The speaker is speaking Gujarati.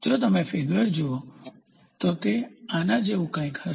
જો તમે ફિગર જુઓ તો તે આના જેવું કંઈક હશે